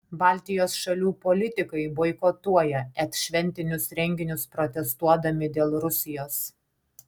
baltijos šalių politikai boikotuoja et šventinius renginius protestuodami dėl rusijos